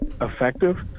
effective